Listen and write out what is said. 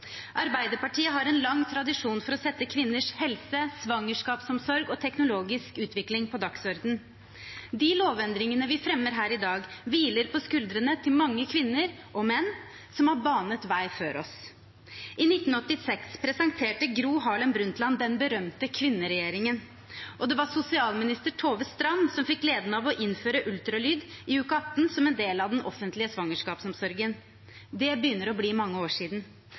hviler på skuldrene til mange kvinner – og menn – som har banet vei for oss. I 1986 presenterte Gro Harlem Brundtland den berømte kvinneregjeringen, og det var sosialminister Tove Strand Gerhardsen som fikk gleden av å innføre ultralyd i uke 18 som en del av den offentlige svangerskapsomsorgen. Det begynner å bli mange år siden.